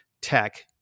tech